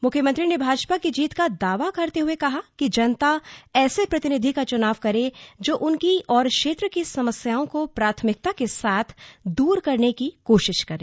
मुख्यमंत्री ने भाजपा की जीत का दावा करते हुए कहा कि जनता ऐसे प्रतिनिधि का चुनाव करे जो उनकी और क्षेत्र की समस्याओं को प्राथमिकता के साथ दूर करने की कोशिश करे